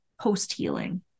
post-healing